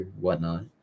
whatnot